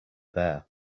there